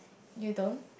you don't